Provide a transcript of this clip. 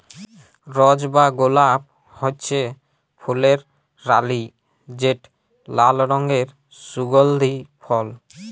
রজ বা গোলাপ হছে ফুলের রালি যেট লাল রঙের সুগল্ধি ফল